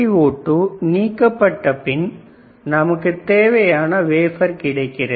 SiO2 நீக்கப்பட்ட பின் நமக்குத் தேவையான வேஃபர் கிடைக்கிறது